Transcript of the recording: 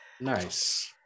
Nice